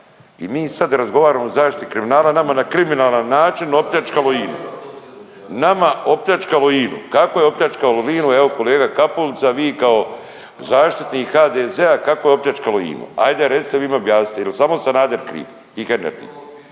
I mi sada razgovaramo o zaštiti kriminala, a nama na kriminalan način opljačkalo INU. Nama opljačkalo INU. Kako je opljačkalo INU evo kolega Kapulica vi kao zaštitnik HDZ kako je opljačkalo INU, ajde recite vi mi objasnite je li samo Sanader kriv i Hernadi.